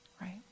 right